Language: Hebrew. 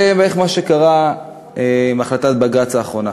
זה בערך מה שקרה בהחלטת בג"ץ האחרונה.